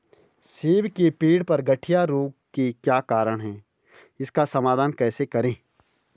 सेब के पेड़ पर गढ़िया रोग के क्या कारण हैं इसका समाधान कैसे करें?